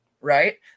Right